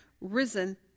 risen